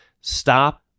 Stop